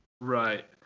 Right